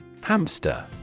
Hamster